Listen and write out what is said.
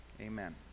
amen